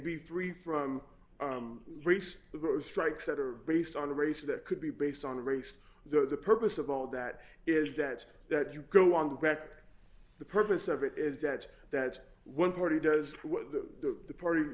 free from race strikes that are based on race that could be based on race that the purpose of all that is that that you go on the back the purpose of it is that that one party does what the party